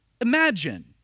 Imagine